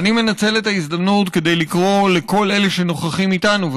ואני מנצל את ההזדמנות כדי לקרוא לכל אלה שנוכחים איתנו,